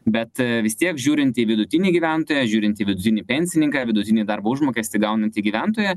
bet vis tiek žiūrint į vidutinį gyventoją žiūrint į vidutinį pensininką vidutinį darbo užmokestį gaunantį gyventoją